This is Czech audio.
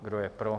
Kdo je pro?